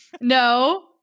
no